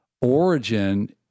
origin